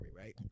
right